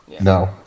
No